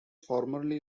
formerly